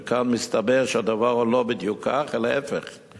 וכאן מסתבר שהדבר הוא לא בדיוק כך אלא להיפך.